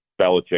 Belichick